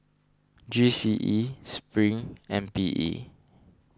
G C E Spring and P E